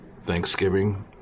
Thanksgiving